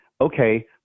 Okay